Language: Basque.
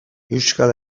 euskal